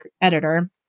editor